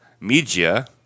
media